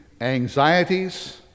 anxieties